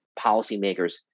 policymakers